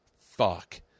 fuck